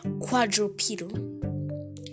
quadrupedal